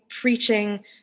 preaching